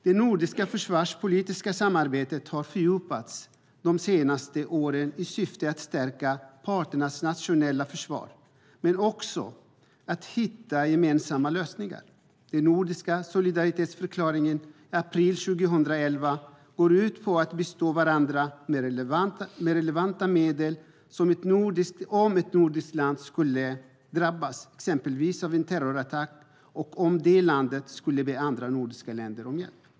Det nordiska försvarspolitiska samarbetet har fördjupats de senaste åren i syfte att stärka parternas nationella försvar men också för att hitta gemensamma lösningar. Den nordiska solidaritetsförklaringen i april 2011 går ut på att bistå varandra med relevanta medel om ett nordiskt land skulle drabbas, exempelvis av en terrorattack, och om det landet skulle be andra nordiska länder om hjälp.